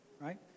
right